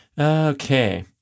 Okay